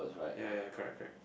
ya ya ya correct correct